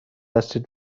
هستید